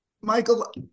Michael